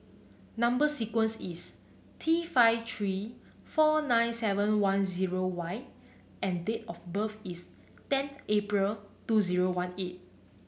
number sequence is T five three four nine seven one zero Y and date of birth is ten April two zero one eight